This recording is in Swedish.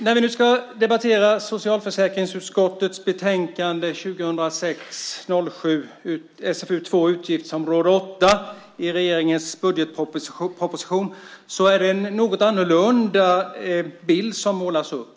När vi nu ska debattera socialförsäkringsutskottets betänkande 2006/07:SfU2 Utgiftsområde 8 i regeringens budgetproposition så är det en något annorlunda bild som målas upp.